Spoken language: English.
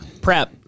Prep